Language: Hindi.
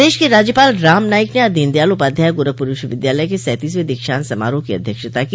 प्रदेश के राज्यपाल राम नाईक ने आज दीनदयाल उपाध्याय गोरखपुर विश्वविद्यालय के सैंतीसवें दीक्षान्त समारोह की अध्यक्षता की